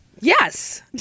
Yes